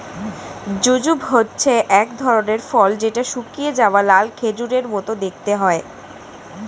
jujube হচ্ছে এক ধরনের ফল যেটা শুকিয়ে যাওয়া লাল খেজুরের মত দেখতে হয়